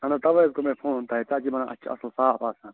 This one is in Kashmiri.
اَہَن حظ تَوے حظ کوٚر مےٚ فون تۄہہِ تتہِ چھِ ونان اَتہِ چھِ اصٕل صاف آسان